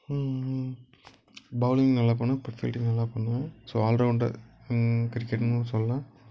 bowling நல்லா பண்ணுவேன் அப்புறம் ஃபீல்டிங் நல்லா பண்ணுவேன் ஸோ ஆல் ரவுண்டர் கிரிக்கெட்டுனு சொல்லலாம்